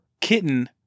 kitten